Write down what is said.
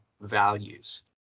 values